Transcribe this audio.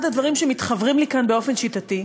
אחד הדברים שמתחוורים לי כאן באופן שיטתי,